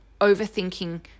overthinking